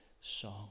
song